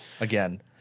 again